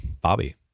Bobby